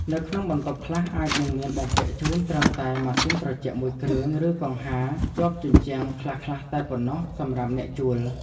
នៅក្នុងបន្ទប់ខ្លះអាចនឹងមានបំពាក់ជូនត្រឹមតែម៉ាស៊ីនត្រជាក់មួយគ្រឿងឬកង្ហារជាប់ជញ្ជាំងខ្លះៗតែប៉ុណ្ណោះសម្រាប់អ្នកជួល។